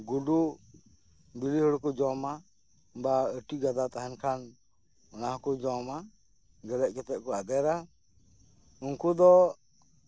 ᱜᱩᱰᱩ ᱵᱤᱞᱤ ᱦᱩᱲᱩ ᱠᱚ ᱡᱚᱢᱟ ᱵᱟ ᱟᱹᱴᱤ ᱜᱟᱫᱟ ᱛᱟᱦᱮᱸᱱ ᱠᱷᱟᱱ ᱚᱱᱟ ᱦᱚᱸᱠᱚ ᱡᱚᱢᱟ ᱜᱮᱞᱮᱡ ᱠᱟᱛᱮ ᱠᱚ ᱟᱫᱮᱨᱟ ᱩᱱᱠᱩ ᱫᱚ